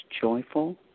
joyful